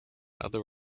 other